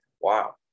Wow